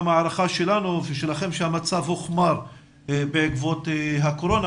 ההערכה שלנו ושלכם שהמצב הוחמר בעקבות הקורונה,